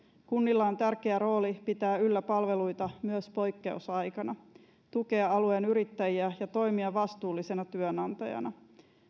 kunnilla on tärkeä rooli pitää yllä palveluita myös poikkeusaikana tukea alueen yrittäjiä ja toimia vastuullisena työnantajana